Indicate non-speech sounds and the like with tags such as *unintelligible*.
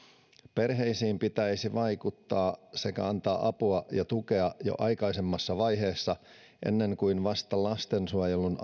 perheisiin pitäisi vaikuttaa sekä antaa apua ja tukea jo aikaisemmassa vaiheessa ennen kuin ollaan lastensuojelun *unintelligible*